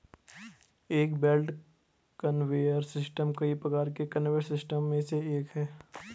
एक belt conveyor system कई प्रकार के कन्वेयर सिस्टम में से एक है